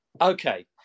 Okay